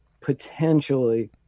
potentially